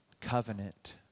covenant